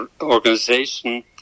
organization